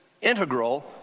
integral